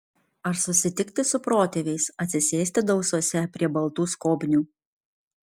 ar susitikti su protėviais atsisėsti dausose prie baltų skobnių